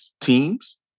teams